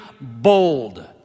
bold